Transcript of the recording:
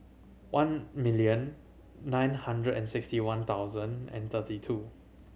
one million nine hundred and sixty one thousand and thirty two